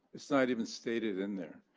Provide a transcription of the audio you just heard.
bit's not even stated in there.